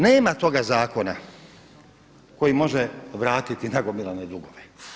Nema toga zakona koji može vratiti nagomilane dugove.